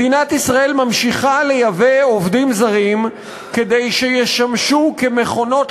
מדינת ישראל ממשיכה לייבא עובדים זרים כדי שישמשו כמכונות